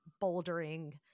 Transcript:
bouldering